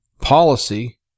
policy